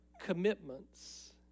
commitments